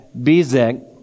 Bezek